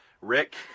Rick